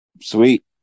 sweet